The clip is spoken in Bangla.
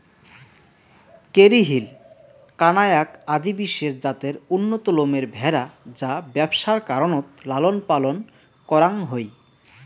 কেরী হিল, কানায়াক আদি বিশেষ জাতের উন্নত লোমের ভ্যাড়া যা ব্যবসার কারণত লালনপালন করাং হই